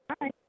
Hi